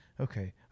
okay